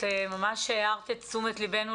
את ממש הארת את תשומת ליבנו